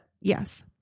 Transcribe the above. Yes